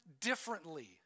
differently